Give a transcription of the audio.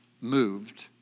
moved